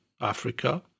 Africa